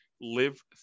live